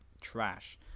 trash